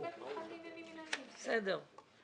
בסדר.